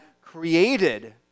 created